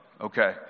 okay